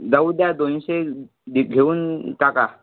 जाऊ द्या दोनशे दि घेऊन टाका